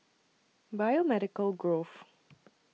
Biomedical Grove